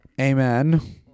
amen